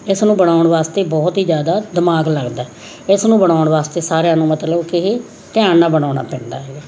ਇਸ ਨੂੰ ਬਣਾਉਣ ਵਾਸਤੇ ਬਹੁਤ ਹੀ ਜ਼ਿਆਦਾ ਦਿਮਾਗ ਲੱਗਦਾ ਇਸ ਨੂੰ ਬਣਾਉਣ ਵਾਸਤੇ ਸਾਰਿਆਂ ਨੂੰ ਮਤਲਬ ਕਿ ਇਹ ਧਿਆਨ ਨਾਲ ਬਣਾਉਣਾ ਪੈਂਦਾ ਹੈਗਾ